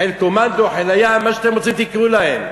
חיל קומנדו, חיל הים, מה שאתם רוצים תקראו להם,